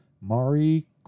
Mari